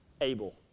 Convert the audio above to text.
able